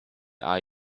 are